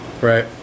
Right